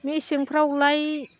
मेसेंफ्रावलाय